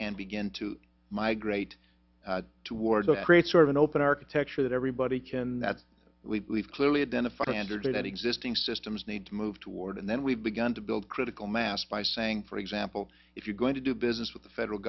can begin to migrate towards create sort of an open architecture that everybody can that we've clearly identified and or do that existing systems need to move toward and then we've begun to build critical mass by saying for example if you're going to do business with the federal